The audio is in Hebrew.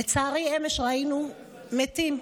לצערי אמש ראינו מתים,